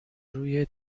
روی